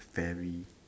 fairy